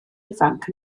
ifanc